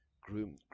groom